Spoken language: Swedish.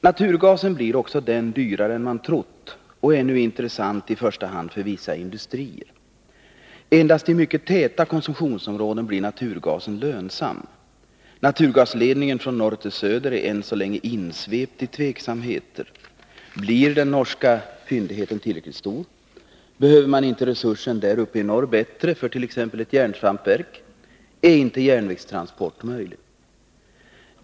Naturgasen blir också den dyrare än man trott, och den är nu intressant i första hand för vissa industrier. Endast i mycket täta konsumtionsområden blir naturgasen lönsam. Naturgasledningen från norr till söder är än så länge insvept i tveksamhet. Blir den norska fyndigheten tillräckligt stor? Är man inte i större behov av resursen där uppe i norr för t.ex. ett järnsvampverk? Är inte järnvägstransport möjlig?